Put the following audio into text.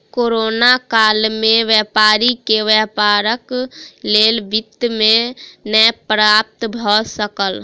corona काल में व्यापारी के व्यापारक लेल वित्त नै प्राप्त भ सकल